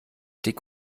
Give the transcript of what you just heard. dick